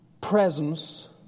presence